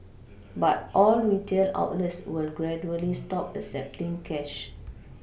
but all retail outlets will gradually stop accepting cash